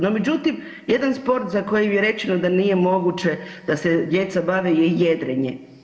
No, međutim jedan sport za koji je rečeno da nije moguće da se djeca bave je jedrenje.